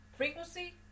Frequency